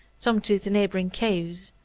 some to the neighboring caves.